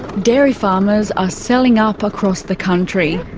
dairy farmers are selling up across the country.